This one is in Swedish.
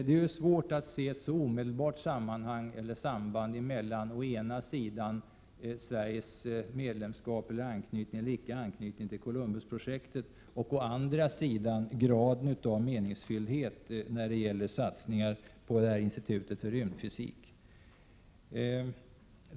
Det är svårt att se ett så omedelbart samband mellan å ena sidan Sveriges anknytning eller icke anknytning till Columbusprojektet och å andra sidan graden av det meningsfulla i satsningarna på institutet för rymdfysik.